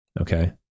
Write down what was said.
Okay